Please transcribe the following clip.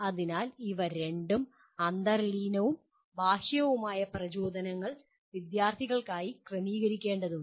അതിനാൽ ഇവ രണ്ടും അന്തർലീനവും ബാഹ്യവുമായ പ്രചോദനങ്ങൾ വിദ്യാർത്ഥിക്കായി ക്രമീകരിക്കേണ്ടതുണ്ട്